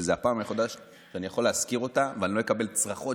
שזאת הפעם היחידה שאני יכול להזכיר אותה ואני לא אקבל צרחות,